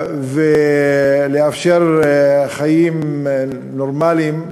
ולאפשר חיים נורמליים לאזרחים,